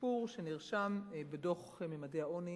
השיפור שנרשם בדוח ממדי העוני